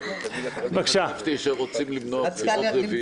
אני חשבתי שרוצים למנוע בחירות רביעיות.